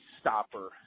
stopper